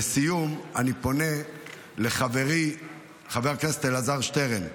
לסיום, אני פונה לחברי חבר הכנסת אלעזר שטרן.